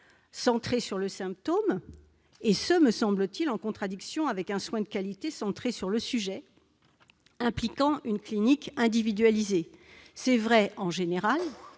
centré sur le symptôme, en contradiction, selon moi, avec un soin de qualité centré sur le sujet, impliquant une clinique individualisée. C'est vrai en général,